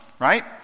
right